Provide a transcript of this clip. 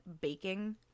baking